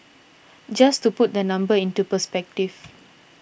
just to put the number into perspective